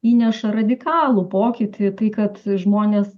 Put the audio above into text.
įneša radikalų pokytį tai kad žmonės